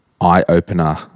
eye-opener